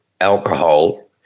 alcohol